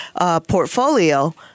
portfolio